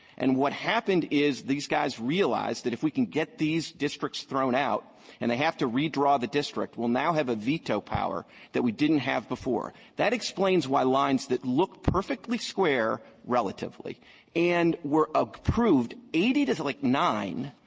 and what happened is these guys realized that if we can get these districts thrown out and they have to redraw the district, we'll now have a veto power that we didn't have before. that explains why lines that looked perfectly square relatively and were approved eighty to, like, nine,